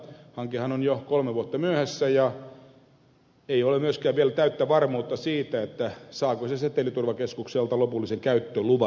hankehan on jo kolme vuotta myöhässä ja ei ole myöskään vielä täyttä varmuutta siitä saako se säteilyturvakeskukselta lopullisen käyttöluvan